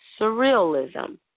Surrealism